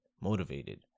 motivated